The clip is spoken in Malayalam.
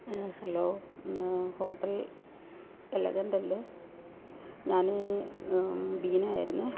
ഹലോ ഹോട്ടൽ എലഗൻ്റ് അല്ലേ ഞാന് ബീന ആയിരുന്നെ